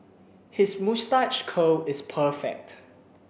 his moustache curl is perfect